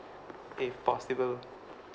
if possible